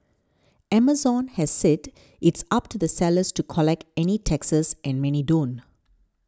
Amazon has said it's up to the sellers to collect any taxes and many don't